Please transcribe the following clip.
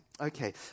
Okay